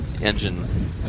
engine